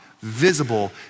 visible